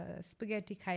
spaghetti